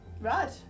Right